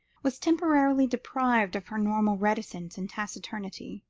was temporarily deprived of her normal reticence and taciturnity,